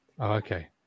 okay